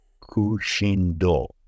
kushindo